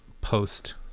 post